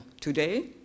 today